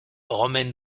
romaine